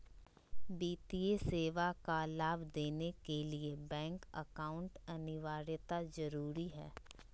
वित्तीय सेवा का लाभ लेने के लिए बैंक अकाउंट अनिवार्यता जरूरी है?